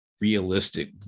realistic